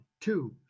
two